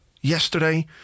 yesterday